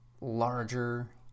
larger